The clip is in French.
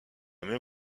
même